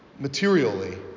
materially